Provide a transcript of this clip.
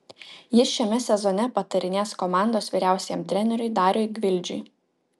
jis šiame sezone patarinės komandos vyriausiajam treneriui dariui gvildžiui